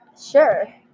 Sure